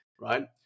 right